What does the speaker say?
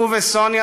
הוא וסוניה,